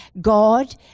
God